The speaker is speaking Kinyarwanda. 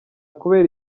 kubera